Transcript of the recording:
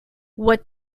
what